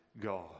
God